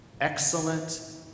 excellent